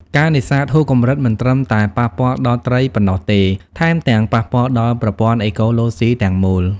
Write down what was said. ការនេសាទហួសកម្រិតមិនត្រឹមតែប៉ះពាល់ដល់ត្រីប៉ុណ្ណោះទេ ថែមទាំងប៉ះពាល់ដល់ប្រព័ន្ធអេកូឡូស៊ីទាំងមូល។